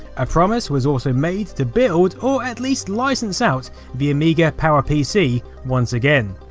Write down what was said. a promise was also made to build or at least licence out the amiga powerpc once again.